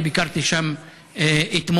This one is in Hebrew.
אני ביקרתי שם אתמול.